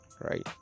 Right